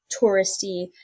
touristy